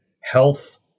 health